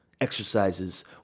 exercises